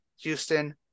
Houston